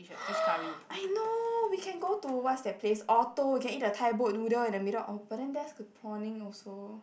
I know we can go to what's that place Orto we can eat the Thai boat noodle in the middle oh but then there's the prawning also